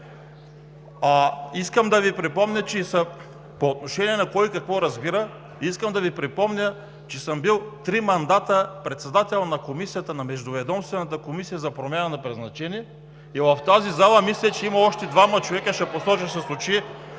„Обединени патриоти“.) По отношение на кой какво разбира, искам да Ви припомня, че съм бил три мандата председател на Междуведомствената комисия за промяна на предназначение и в тази зала мисля, че има още двама човека, ще ги посоча с очи,